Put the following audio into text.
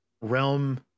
realm